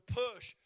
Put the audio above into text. push